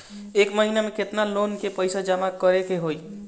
एक महिना मे केतना लोन क पईसा जमा करे क होइ?